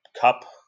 Cup